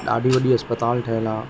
ॾाढी वॾी इस्पतालि ठहियल आहे